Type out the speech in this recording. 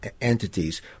entities